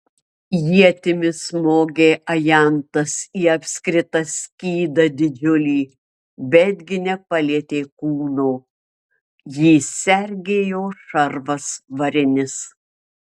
ietimi smogė ajantas į apskritą skydą didžiulį betgi nepalietė kūno jį sergėjo šarvas varinis